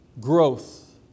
growth